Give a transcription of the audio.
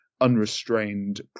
unrestrained